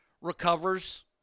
recovers